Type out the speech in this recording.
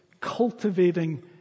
cultivating